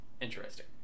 Interesting